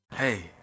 Hey